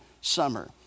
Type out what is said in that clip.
summer